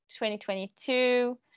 2022